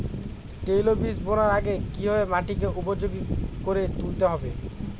তৈলবীজ বোনার আগে কিভাবে মাটিকে উপযোগী করে তুলতে হবে?